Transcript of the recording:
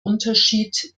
unterschied